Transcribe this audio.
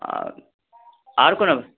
आरो कोनो